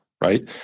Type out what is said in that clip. right